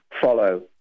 follow